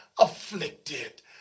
afflicted